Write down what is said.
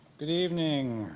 good evening.